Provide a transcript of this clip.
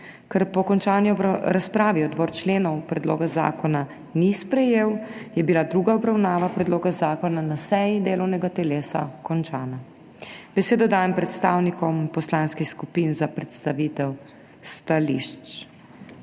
Ker po končani razpravi odbor členov predloga zakona ni sprejel, je bila druga obravnava predloga zakona na seji delovnega telesa končana. Besedo dajem predstavnikom poslanskih skupin za predstavitev stališč.